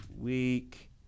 week